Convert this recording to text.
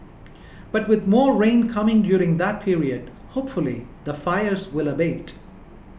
but with more rain coming during that period hopefully the fires will abate